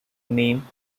name